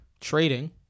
Trading